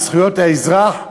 בזכויות האזרח.